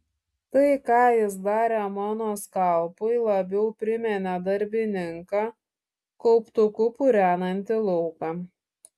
tai ką jis darė mano skalpui labiau priminė darbininką kauptuku purenantį lauką